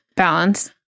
balance